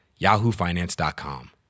yahoofinance.com